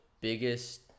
biggest